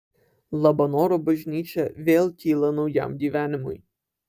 labanoro bažnyčia vėl kyla naujam gyvenimui